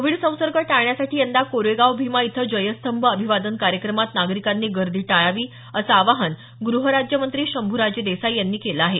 Covid संसर्ग टाळण्यासाठी यंदा कोरेगाव भीमा इथं जयस्तंभ अभिवादन कार्यक्रमात नागरिकांनी गर्दी टाळावी असं आवाहन गृह राज्यमंत्री शंभूराज देसाई यांनी केलं आहे